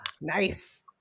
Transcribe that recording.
nice